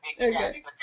okay